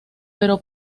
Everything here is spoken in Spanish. pero